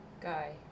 guy